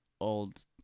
old